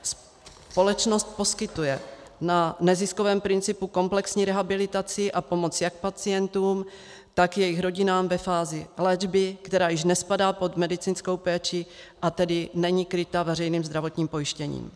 Společnost poskytuje na neziskovém principu komplexní rehabilitaci a pomoc jak pacientům, tak jejich rodinám ve fázi léčby, která již nespadá pod medicínskou péči, a tedy není kryta veřejným zdravotním pojištěním.